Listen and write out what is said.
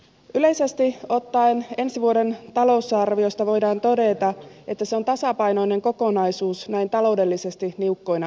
yleisesti ottaen ensi vuoden talousarviosta voidaan todeta että se on tasapainoinen kokonaisuus näin taloudellisesti niukkoina aikoina